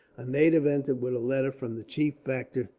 a native entered with a letter from the chief factor,